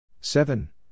Seven